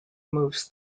moves